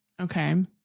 Okay